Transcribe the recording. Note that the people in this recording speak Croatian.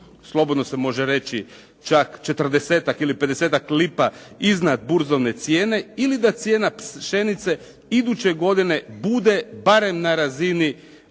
slobodno se može reći čak 40-ak ili 50-ak lipa iznad burzovne cijene, ili da cijena pšenice iduće godine bude barem na razini